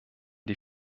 die